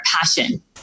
passion